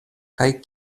kaj